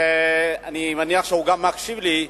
שאני מניח שהוא גם מקשיב לי,